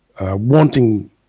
wanting